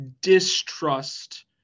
distrust